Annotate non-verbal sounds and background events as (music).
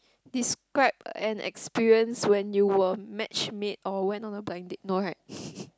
describe an experience when you were match made or went on a blind date no right (laughs)